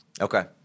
Okay